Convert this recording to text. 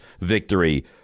victory